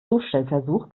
zustellversuch